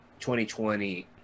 2020